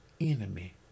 enemy